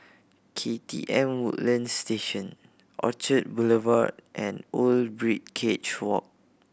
K T M Woodlands Station Orchard Boulevard and Old Birdcage Walk